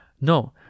No